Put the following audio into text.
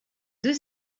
deux